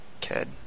kid